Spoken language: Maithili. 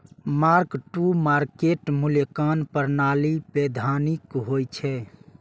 मार्क टू मार्केट मूल्यांकन प्रणाली वैधानिक होइ छै